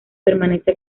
permanece